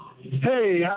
Hey